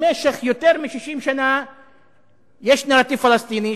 במשך יותר מ-60 שנה יש נרטיב פלסטיני,